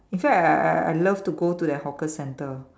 in fact I I I love to go to that hawker centre